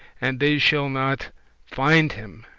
and they shall not find him,